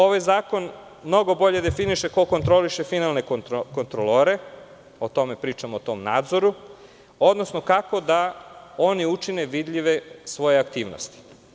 Ovaj zakon mnogo bolje definiše ko kontroliše finalne kontrolore, kada pričamo o tom nadzoru, odnosno kako da oni učine vidljivim svoje aktivnosti.